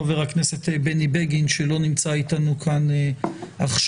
חבר הכנסת בני בגין שלא נמצא איתנו כאן עכשיו.